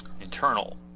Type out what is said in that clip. internal